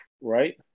right